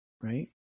Right